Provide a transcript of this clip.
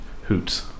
hoots